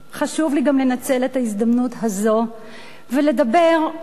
חשוב לי גם לנצל את ההזדמנות הזאת ולדבר על